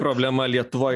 problema lietuvoj